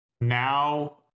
now